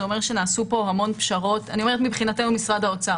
כלומר נעשו בו המון פשרות מבחינת משרד האוצר